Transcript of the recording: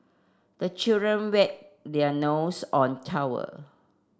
the children wipe their nose on towel